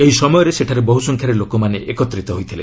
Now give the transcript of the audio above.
ଏହି ସମୟରେ ସେଠାରେ ବହୁ ସଂଖ୍ୟାରେ ଲୋକମାନେ ଏକତ୍ରିତ ହୋଇଥିଲେ